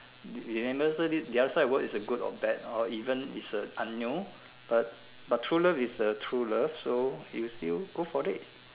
the other side world is a good or bad or even is a unknown but but true love is a true love so you still go for it